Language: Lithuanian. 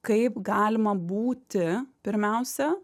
kaip galima būti pirmiausia